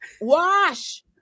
Wash